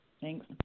Thanks